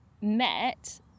met